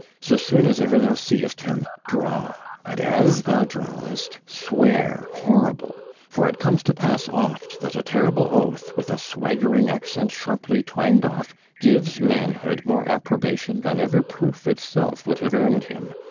so soon as ever thou see'st him, draw and as thou drawest, swear horrible for it comes to pass oft, that a terrible oath, with a swaggering accent sharply twang'd off, gives manhood more approbation than ever proof itself would have earn'd him.